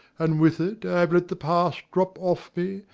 and with it i have let the past drop off me,